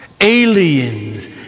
aliens